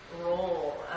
role